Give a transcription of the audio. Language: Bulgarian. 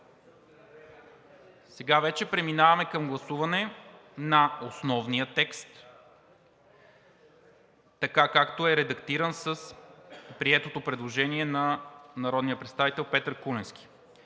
Сега вече преминаваме към гласуване на основния текст, както е редактиран с приетото предложение на народния представител Петър Куленски.